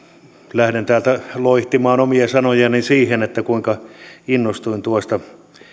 lähden täältä loihtimaan omia sanojani siitä kuinka innostuin tuosta